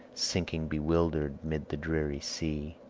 sinking bewilder'd'mid the dreary sea.